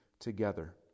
together